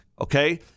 okay